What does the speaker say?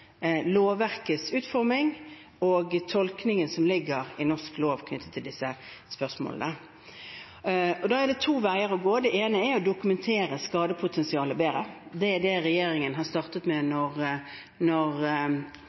lovverkets utforming og tolkningen som ligger i norsk lov knyttet til disse spørsmålene. Da er det to veier å gå. Det ene er å dokumentere skadepotensialet bedre. Det er det regjeringen har startet med, når